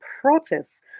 process